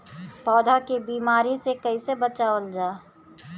पौधा के बीमारी से कइसे बचावल जा?